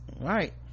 right